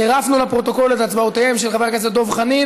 צירפנו לפרוטוקול את הצבעותיהם של חבר הכנסת דב חנין